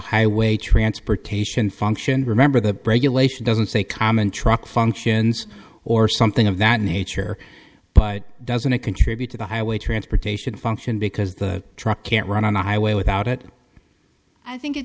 highway transportation function remember the brake elation doesn't say common truck functions or something of that nature but doesn't it contribute to the highway transportation function because the truck can't run on the highway without it i think it